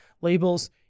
labels